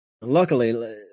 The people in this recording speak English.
luckily